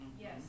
Yes